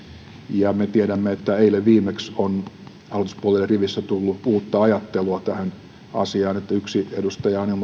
ja me tiedämme että eilen viimeksi on hallituspuolueiden riveissä tullut uutta ajattelua tähän asiaan kun yksi edustaja on on